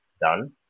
done